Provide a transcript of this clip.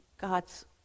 God's